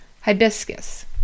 hibiscus